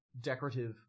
decorative